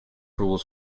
rules